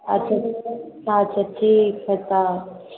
अच्छा अच्छा ठीक हइ तऽ